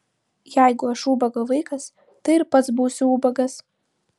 jeigu aš ubago vaikas tai ir pats būsiu ubagas